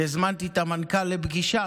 כי הזמנתי את המנכ"ל לפגישה,